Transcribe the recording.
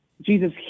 Jesus